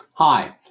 Hi